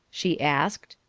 she asked.